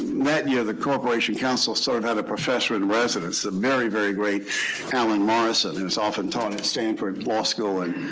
that year the corporation counsel sort of had a professor in residence, the very, very great alan morrisson who has often taught at stanford law school, and